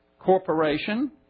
corporation